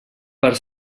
per